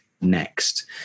next